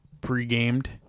pre-gamed